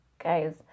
guys